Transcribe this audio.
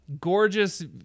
Gorgeous